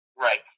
Right